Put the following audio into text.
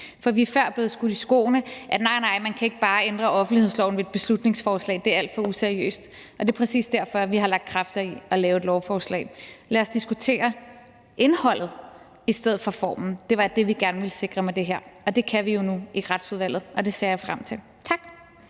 For vi er før blevet skudt i skoene, at nej, nej, man kan ikke bare ændre offentlighedsloven ved et beslutningsforslag; at det er alt for useriøst, og det er præcis derfor, at vi har lagt kræfter i at lave et lovforslag. Lad os diskutere indholdet i stedet for formen. Det var det, vi gerne ville sikre med det her, og det kan vi jo nu i Retsudvalget, og det ser jeg frem til. Tak.